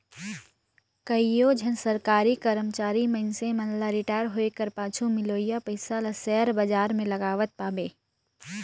कइयो झन सरकारी करमचारी मइनसे मन ल रिटायर होए कर पाछू मिलोइया पइसा ल सेयर बजार में लगावत पाबे